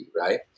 right